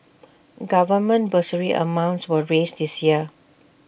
government bursary amounts were raised this year